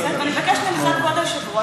שאילתה ושולח כל פעם לחזית את הסגן שלו,